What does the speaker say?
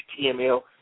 html